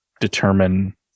determine